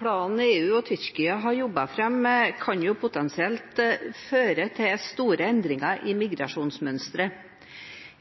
Planen EU og Tyrkia har jobbet fram, kan potensielt føre til store endringer i migrasjonsmønsteret.